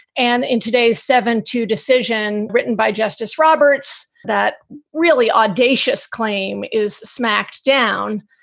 and in today's seven two decision written by justice roberts, that really audacious claim is smacked down.